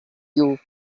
you